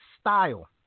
style